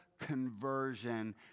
conversion